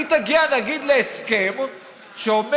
היא תגיע נגיד להסכם שאומר: